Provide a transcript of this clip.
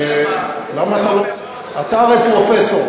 אתם, למה אתה לא, אתה הרי פרופסור.